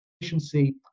efficiency